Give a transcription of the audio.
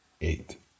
eight